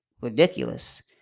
ridiculous